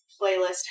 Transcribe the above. playlist